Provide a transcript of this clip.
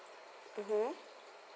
mmhmm